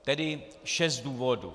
Tedy šest důvodů.